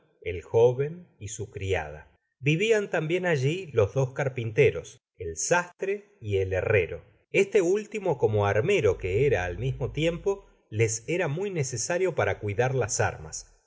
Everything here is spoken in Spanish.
el joven y su criada vivian tambien alli los dos carpinteros el sastre y el herrero este último como armero que era al mismo tiempo lesera muy necesario para cuidar las armas